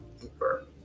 deeper